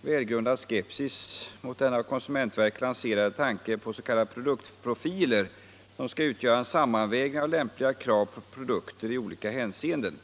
välgrundad skepsis mot den av konsumentverket lanserade tanken på s.k. produktprofiler som skall utgöra en sammanvägning av lämpliga krav på produkter i olika hänseenden.